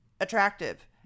attractive